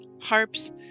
harps